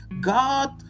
God